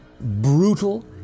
brutal